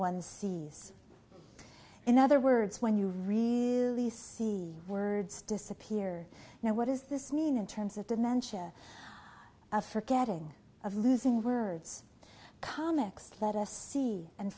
one sees in other words when you really see words disappear now what does this mean in terms of dementia a forgetting of losing words comics let us see and